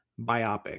biopic